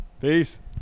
Peace